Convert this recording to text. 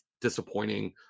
disappointing